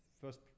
first